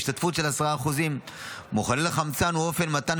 בהשתתפות של 10%. מחולל חמצן הוא אופן מתן